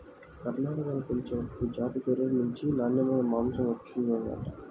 కర్ణాటకలో పెంచే ఒక జాతి గొర్రెల నుంచి నాన్నెమైన మాంసం వచ్చిండంట